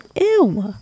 ew